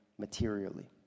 materially